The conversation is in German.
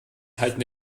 halten